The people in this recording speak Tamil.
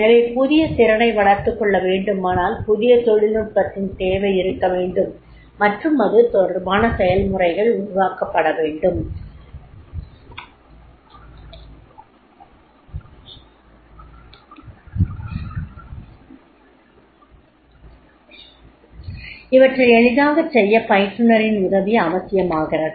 எனவே புதிய திறனை வளர்த்துக் கொள்ள வேண்டுமானால் புதிய தொழில்நுட்பத்தின் தேவை இருக்க வேண்டும் மற்றும் அது தொடர்பான செய்முறைகள் உருவாக்கப்பட வேண்டும் இவற்றை எளிதாகச் செய்ய பயிற்றுனரின் உதவி அவசியமாகிறது